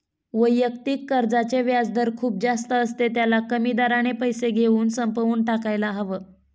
वैयक्तिक कर्जाचे व्याजदर खूप जास्त असते, त्याला कमी दराने पैसे घेऊन संपवून टाकायला हव